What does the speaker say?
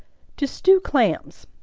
to stew clams.